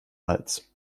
hals